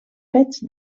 fets